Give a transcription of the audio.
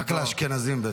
הוא בטח חילק רק לאשכנזים.